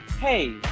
Hey